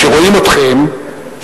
כשרואים אתכם,